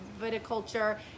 viticulture